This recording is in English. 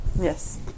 Yes